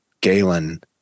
Galen